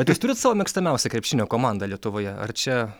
bet jūs turit savo mėgstamiausią krepšinio komandą lietuvoje ar čia